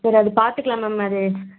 சரி அது பார்த்துக்கலாம் மேம் அது